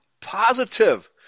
positive